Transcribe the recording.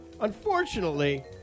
Unfortunately